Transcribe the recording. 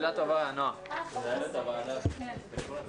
שלום לכולם, תודה לחברי הכנסת שמכבדים אותנו